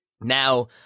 Now